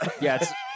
Yes